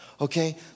Okay